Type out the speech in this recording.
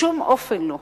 בשום אופן לא.